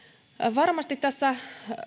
varmasti tässä